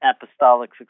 apostolic